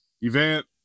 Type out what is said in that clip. event